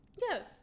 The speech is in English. Yes